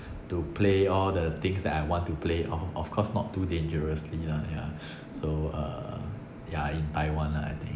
to play all the things that I want to play of of course not too dangerously lah ya so uh yeah in Taiwan lah I think